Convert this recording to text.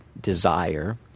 desire